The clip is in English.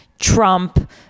Trump